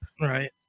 Right